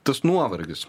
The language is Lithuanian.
tas nuovargis